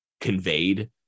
conveyed